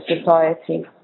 society